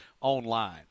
online